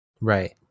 Right